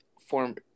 form